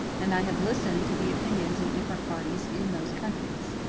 and i have listened to the opinions of different parties in those countries.